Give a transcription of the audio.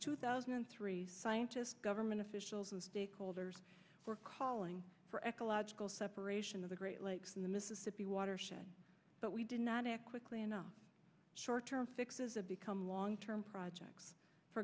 two thousand and three scientists government officials of stakeholders were calling for ecological separation of the great lakes in the mississippi watershed but we did not quickly enough short term fixes the become long term projects for